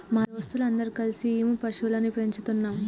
మా దోస్తులు అందరు కల్సి ఈము పక్షులని పెంచుతున్నాం